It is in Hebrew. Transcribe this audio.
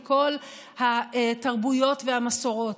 מכל התרבויות והמסורות.